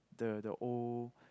the the old